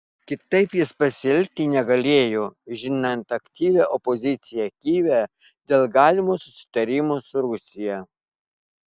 kitaip jis pasielgti negalėjo žinant aktyvią opoziciją kijeve dėl galimo susitarimo su rusija